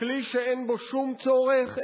כלי שאין בו שום צורך,